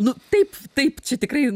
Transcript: nu taip taip čia tikrai